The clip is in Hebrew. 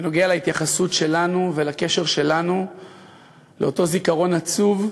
בנוגע להתייחסות שלנו ולקשר שלנו לאותו זיכרון עצוב,